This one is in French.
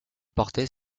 portait